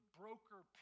broker